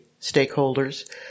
stakeholders